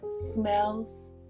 smells